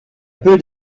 peu